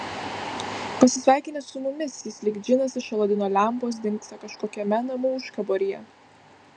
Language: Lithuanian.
pasisveikinęs su mumis jis lyg džinas iš aladino lempos dingsta kažkokiame namų užkaboryje